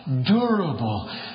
durable